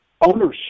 ownership